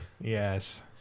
Yes